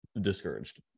discouraged